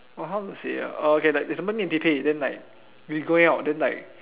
oh how to say ah okay like example me and Pei-Pei then like we going out then like